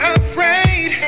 afraid